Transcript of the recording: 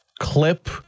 clip